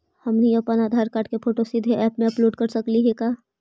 हमनी अप्पन आधार कार्ड के फोटो सीधे ऐप में अपलोड कर सकली हे का?